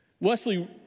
Wesley